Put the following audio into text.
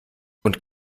und